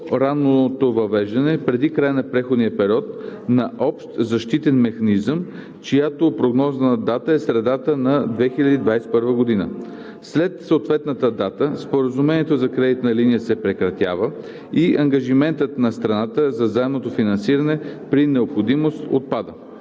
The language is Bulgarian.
по-ранното въвеждане – преди края на преходния период, на общ защитен механизъм, чиято прогнозна дата е средата на 2021 г. След съответната дата Споразумението за кредитна линия се прекратява и ангажиментът на страната за заемно финансиране при необходимост отпада.